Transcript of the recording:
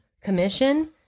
Commission